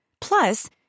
Plus